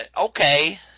okay –